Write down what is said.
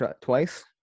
twice